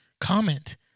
Comment